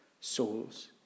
souls